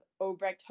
Obrecht